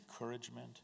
encouragement